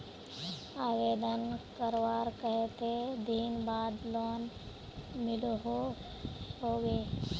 आवेदन करवार कते दिन बाद लोन मिलोहो होबे?